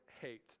hate